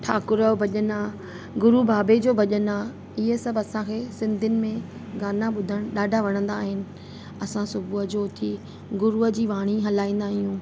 ठाकुर जो भॼनु आहे गुरू बाबे जो भॼनु आहे इहे सभु असांखे सिंधियुनि में गाना ॿुधणु ॾाढा वणंदा आहिनि असां सुबूह जो उथी गुरूअ जी वाणी हलाईंदा आहियूं